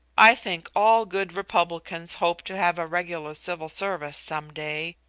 i think all good republicans hope to have a regular civil service some day.